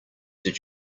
did